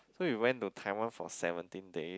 so you went to Taiwan for seventeen day